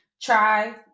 try